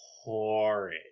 horrid